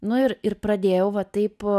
nu ir ir pradėjau va taip